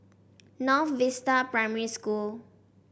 North Vista Primary School